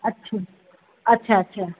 अच्छा अच्छा अच्छा